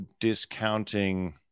discounting